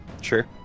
Sure